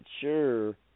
sure